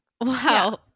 Wow